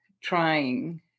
trying